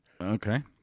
Okay